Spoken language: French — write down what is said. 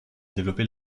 développer